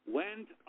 went